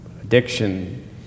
addiction